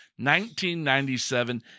1997